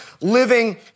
living